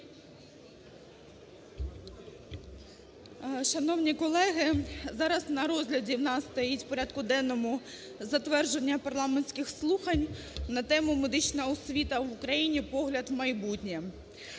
Шановні колеги, зараз на розгляді у нас стоїть в порядку денному затвердження парламентських слухань на тему: "Медична освіта в Україні: погляд в майбутнє".